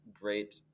great